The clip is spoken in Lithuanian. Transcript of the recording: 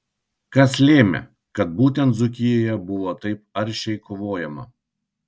kas lėmė kad būtent dzūkijoje buvo taip aršiai kovojama